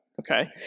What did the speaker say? Okay